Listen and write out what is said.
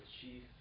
chief